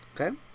Okay